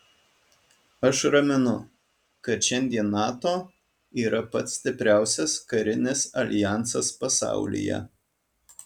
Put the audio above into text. aš raminu kad šiandien nato yra pats stipriausias karinis aljansas pasaulyje